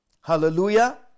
Hallelujah